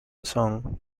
son